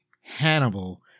Hannibal